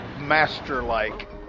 master-like